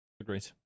agreed